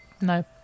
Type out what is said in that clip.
no